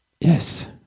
Yes